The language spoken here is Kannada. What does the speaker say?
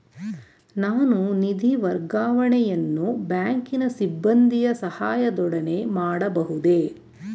ನಾನು ನಿಧಿ ವರ್ಗಾವಣೆಯನ್ನು ಬ್ಯಾಂಕಿನ ಸಿಬ್ಬಂದಿಯ ಸಹಾಯದೊಡನೆ ಮಾಡಬಹುದೇ?